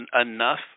enough